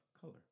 color